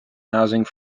housing